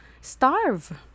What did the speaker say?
starve